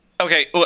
Okay